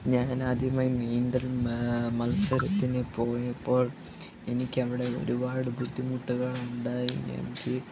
ഞാൻ ആദ്യമായി നീന്തൽ മത്സരത്തിന് പോയപ്പോൾ എനിക്കവിടെ ഒരുപാട് ബുദ്ധിമുട്ടുകൾ ഉണ്ടായി എനിക്ക്